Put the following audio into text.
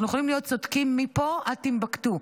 אנחנו יכולים להיות צודקים מפה עד טימבוקטו,